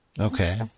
Okay